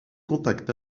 contact